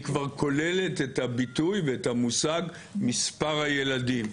היא כבר כוללת את הביטוי ואת המושג של מספר הילדים.